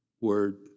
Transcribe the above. word